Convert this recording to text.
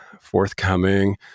forthcoming